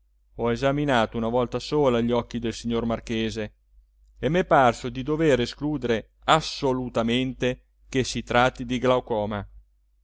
ho esaminato una volta sola gli occhi del signor marchese e m'è parso di dovere escludere assolutamente che si tratti di glaucoma